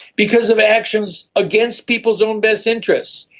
because of actions against people's own best interests.